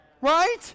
Right